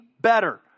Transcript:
better